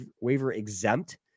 waiver-exempt